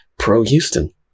Pro-Houston